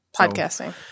Podcasting